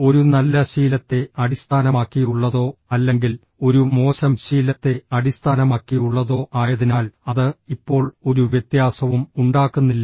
ഒരു നല്ല ശീലത്തെ അടിസ്ഥാനമാക്കിയുള്ളതോ അല്ലെങ്കിൽ ഒരു മോശം ശീലത്തെ അടിസ്ഥാനമാക്കിയുള്ളതോ ആയതിനാൽ അത് ഇപ്പോൾ ഒരു വ്യത്യാസവും ഉണ്ടാക്കുന്നില്ല